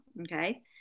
Okay